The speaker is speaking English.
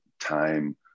time